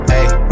ayy